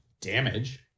damage